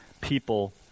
people